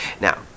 Now